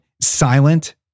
silent